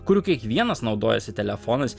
kurių kiekvienas naudojasi telefonais